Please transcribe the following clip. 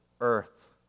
earth